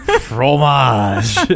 fromage